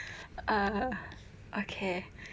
uh okay